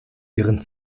ihren